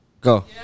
Go